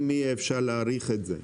אם יהיה אפשר להעריך את זה.